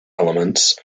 elements